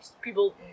people